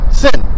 sin